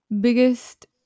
biggest